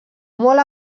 molt